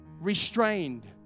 restrained